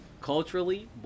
culturally